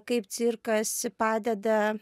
kaip cirkas padeda